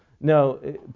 No